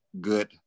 good